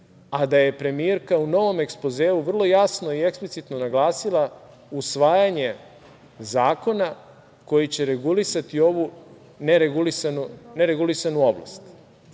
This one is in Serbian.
a da je premijerka u novom ekspozeu vrlo jasno i eksplicitno naglasila usvajanje zakona koji će regulisati ovu neregulisanu oblast. Na